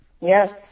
Yes